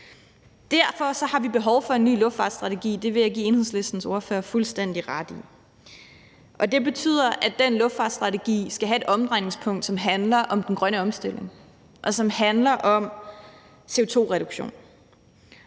Derfor har vi behov for en ny luftfartsstrategi – det vil jeg give Enhedslistens ordfører fuldstændig ret i. Og det betyder, at den luftfartsstrategi skal have et omdrejningspunkt, som handler om den grønne omstilling, og som handler om CO2-reduktion.